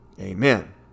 amen